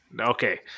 Okay